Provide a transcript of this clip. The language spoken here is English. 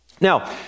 Now